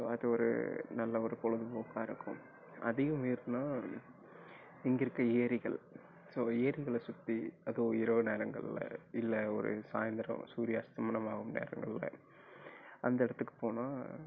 அது ஒரு நல்ல ஒரு பொழுது போக்காக இருக்கும் அதையும் மீறினால் இங்கே இருக்க ஏரிகள் ஸோ ஏரிகளை சுற்றி அதுவும் இரவு நேரங்களில் இல்லை ஒரு சாயந்திரம் சூரியன் அஸ்தமனம் ஆகும் நேரங்களில் அந்த இடத்துக்கு போனால்